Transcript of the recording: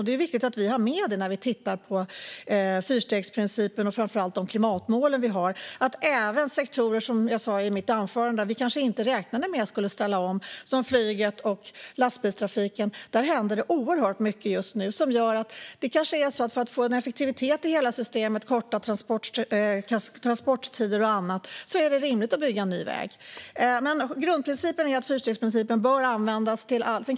Det är viktigt att vi har det med oss när vi tittar på fyrstegsprincipen och framför allt på de klimatmål vi har. Som jag sa i mitt anförande händer det oerhört mycket även i sektorer som vi kanske inte räknade med skulle ställa om, som flyget och lastbilstrafiken. Det gör att det kanske blir rimligt att bygga ny väg, för att få effektivitet i hela systemet, korta transporttider och annat. Grundprincipen är att fyrstegsprincipen bör användas till allt.